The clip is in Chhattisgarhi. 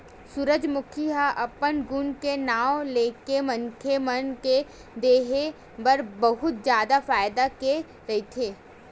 सूरजमूखी ह अपन गुन के नांव लेके मनखे मन के देहे बर बहुत जादा फायदा के रहिथे